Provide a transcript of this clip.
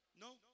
No